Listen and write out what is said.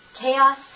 Chaos